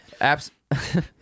apps